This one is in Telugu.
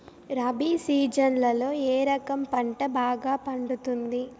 రబి సీజన్లలో ఏ రకం పంట బాగా పండుతుంది